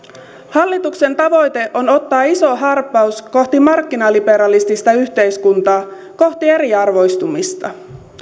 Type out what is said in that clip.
hallituksen tavoite on ottaa iso harppaus kohti markkinaliberalistista yhteiskuntaa kohti eriarvoistumista